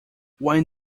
when